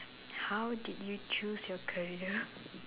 how did you choose your career